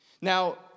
Now